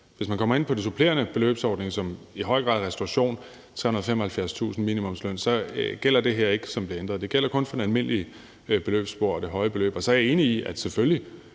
Hvis man kom meget ind på den supplerende beløbsordning, hvor det i høj grad er job inden for restauration og med en minimumsløn på 375.000 kr., så gælder de her ændringer ikke. Det gælder kun for det almindelige beløbsspor og det høje beløb. Og så er jeg enig i, at selvfølgelig